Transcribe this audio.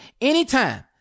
anytime